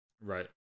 Right